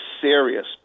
serious